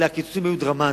אלא שהקיצוצים היו דרמטיים.